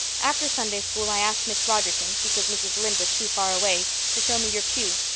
after sunday school i asked miss rogerson because mrs. lynde was too far away to show me your pew.